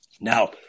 Now